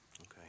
Okay